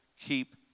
keep